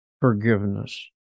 forgiveness